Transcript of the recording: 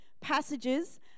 passages